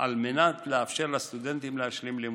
על מנת לאפשר לסטודנטים להשלים לימודים,